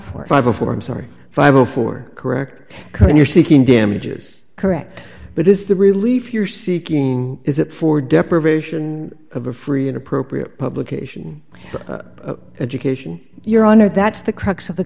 four or five or four i'm sorry five or four correct kind you're seeking damages correct but is the relief you're seeking is that for deprivation of a free and appropriate publication education your honor that's the crux of the